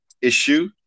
issue